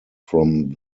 from